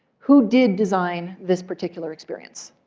who did design this particular experience?